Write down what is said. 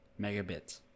megabits